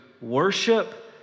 worship